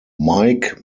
mike